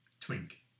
Twink